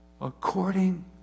according